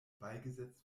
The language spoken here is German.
beigesetzt